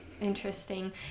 Interesting